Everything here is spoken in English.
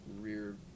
rear